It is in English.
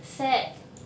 sad